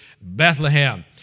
Bethlehem